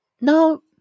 no